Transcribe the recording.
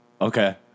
Okay